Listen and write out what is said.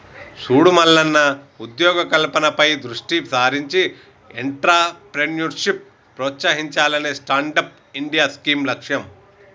సూడు మల్లన్న ఉద్యోగ కల్పనపై దృష్టి సారించి ఎంట్రప్రేన్యూర్షిప్ ప్రోత్సహించాలనే స్టాండప్ ఇండియా స్కీం లక్ష్యం